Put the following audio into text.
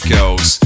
Girls